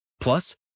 plus